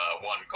one